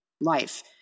life